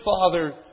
father